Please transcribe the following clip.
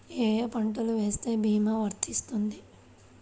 ఏ ఏ పంటలు వేస్తే భీమా వర్తిస్తుంది?